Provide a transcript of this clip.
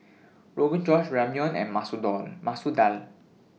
Rogan Josh Ramyeon and Masoor Door Masoor Dal